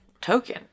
token